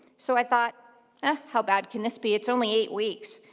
so i thought ah, how bad can this be? it's only eight weeks.